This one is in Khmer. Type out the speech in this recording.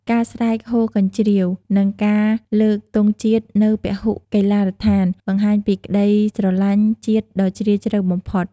ការស្រែកហ៊ោកញ្ជ្រៀវ និងការលើកទង់ជាតិនៅពហុកីឡដ្ឋាន បង្ហាញពីក្តីស្រលាញ់ជាតិដ៏ជ្រាលជ្រៅបំផុត។